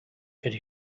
could